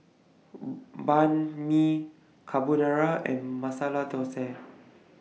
Banh MI Carbonara and Masala Dosa